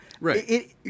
Right